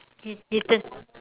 eat~ eaten